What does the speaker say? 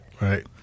right